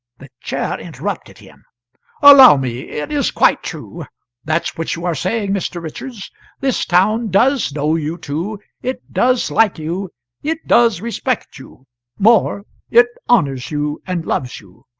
the chair interrupted him allow me. it is quite true that which you are saying, mr. richards this town does know you two it does like you it does respect you more it honours you and loves you